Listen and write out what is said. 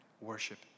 worship